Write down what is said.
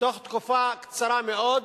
בתוך תקופה קצרה מאוד,